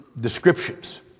descriptions